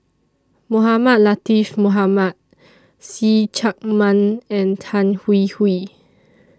Mohamed Latiff Mohamed See Chak Mun and Tan Hwee Hwee